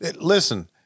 listen